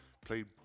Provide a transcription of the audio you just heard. played